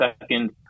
second